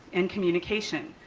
and communication.